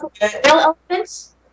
elephants